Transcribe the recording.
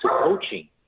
coaching